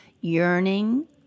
yearning